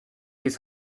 his